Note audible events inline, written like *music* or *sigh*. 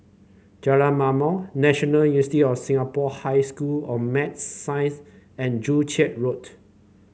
Jalan Ma'mor National *unintelligible* of Singapore High School of Maths Science and Joo Chiat Road